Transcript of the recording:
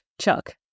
chuck